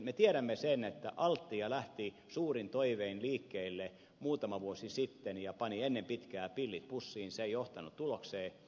me tiedämme sen että altia lähti suurin toivein liikkeelle muutama vuosi sitten ja pani ennen pitkää pillit pussiin se ei johtanut tulokseen